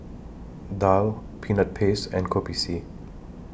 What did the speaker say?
Daal Peanut Paste and Kopi C